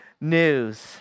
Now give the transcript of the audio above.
news